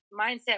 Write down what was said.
mindset